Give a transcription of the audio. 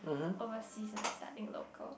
overseas and studying local